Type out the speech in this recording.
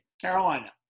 Carolina